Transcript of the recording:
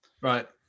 right